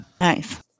Nice